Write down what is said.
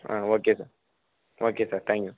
ah okay sir okay sir thank you